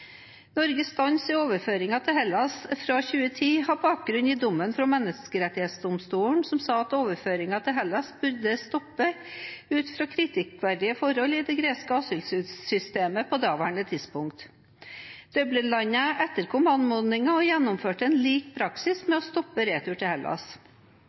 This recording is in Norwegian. Norges stans i overføringene til Hellas fra 2010 har bakgrunn i dommen fra Menneskerettighetsdomstolen som sa at overføring til Hellas burde stoppes ut fra kritikkverdige forhold i det greske asylsystemet på daværende tidspunkt. Dublin-landene etterkom anmodningen og gjennomførte en lik praksis ved å stoppe returene til Hellas.